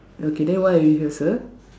okay then why are you here sir